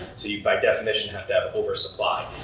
so you by definition have to have over-supply.